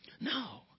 No